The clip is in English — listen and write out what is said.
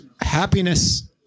happiness